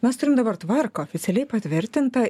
mes turim dabar tvarką oficialiai patvirtintą